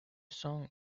song